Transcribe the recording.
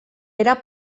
era